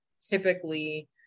Typically